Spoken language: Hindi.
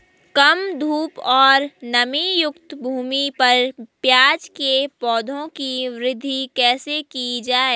कम धूप और नमीयुक्त भूमि पर प्याज़ के पौधों की वृद्धि कैसे की जाए?